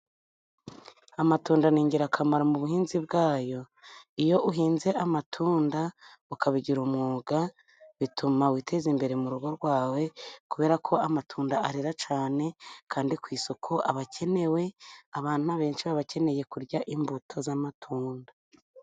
Amatunda ni ingirakamaro mu buhinzi bwayo, iyo uhinze amatunda ukabigira umwuga, bituma witeza imbere mu rugo rwawe, kubera ko amatunda arera cyane, kandi ku isoko aba akenewe, abantu benshi baba bakeneye kurya imbuto z'amatunda.